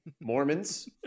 Mormons